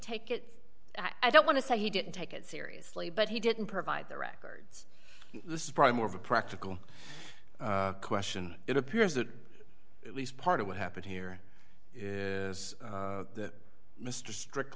take it i don't want to say he didn't take it seriously but he didn't provide the records this is probably more of a practical question it appears that at least part of what happened here is that mr